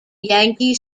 yankee